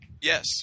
yes